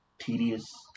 Tedious